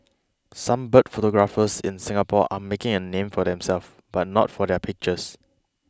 some bird photographers in Singapore are making a name for themselves but not for their pictures